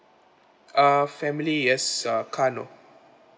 uh family yes uh car no